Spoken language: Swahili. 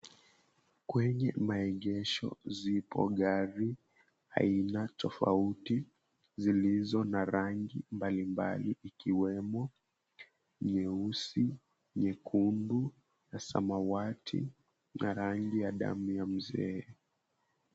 Kwenye maegesho zipo gari aina tofauti zilizo na rangi mbalimbali ikiwemo nyeusi, nyekundu na samawati na rangi ya damu ya mzee.